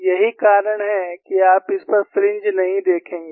यही कारण है कि आप इस पर फ्रिंज नहीं देखेंगे